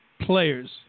players